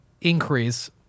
increase